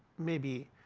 maybe